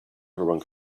everyone